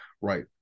right